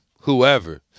whoever